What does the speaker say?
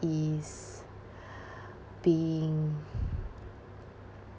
is being